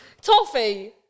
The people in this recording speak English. toffee